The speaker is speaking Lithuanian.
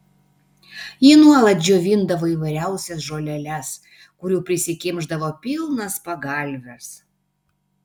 ji nuolat džiovindavo įvairiausias žoleles kurių prisikimšdavo pilnas pagalves